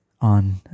on